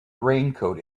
raincoat